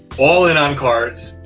all in on cards,